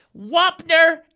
Wapner